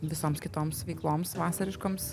visoms kitoms veikloms vasariškoms